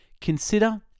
consider